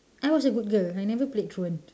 I was a good girl I never played truant